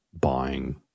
buying